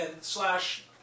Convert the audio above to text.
slash